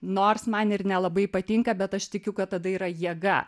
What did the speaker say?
nors man ir nelabai patinka bet aš tikiu kad tada yra jėga